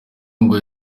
ngo